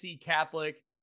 Catholic